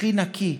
הכי נקי,